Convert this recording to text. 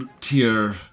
tier